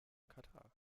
katar